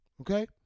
Okay